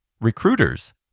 Recruiters